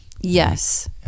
Yes